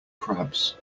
crabs